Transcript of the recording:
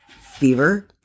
fever